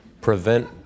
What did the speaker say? prevent